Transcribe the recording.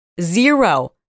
zero